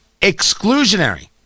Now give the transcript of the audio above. exclusionary